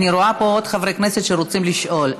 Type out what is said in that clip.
אני רואה פה עוד חברי כנסת שרוצים לשאול,